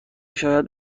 شاید